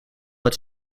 met